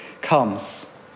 comes